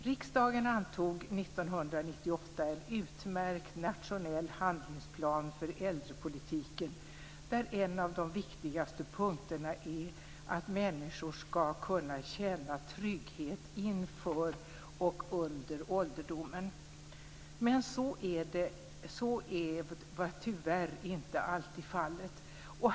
Riksdagen antog 1998 en utmärkt nationell handlingsplan för äldrepolitiken där en av de viktigaste punkterna är att människor ska kunna känna trygghet inför och under ålderdomen. Så är tyvärr inte alltid fallet.